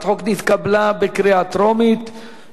התש"ע 2010,